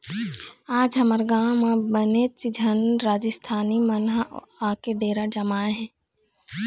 आज हमर गाँव म बनेच झन राजिस्थानी मन ह आके डेरा जमाए हे